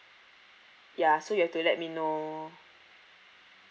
ya so you have to let me know